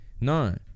No